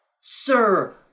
Sir